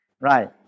right